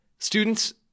Students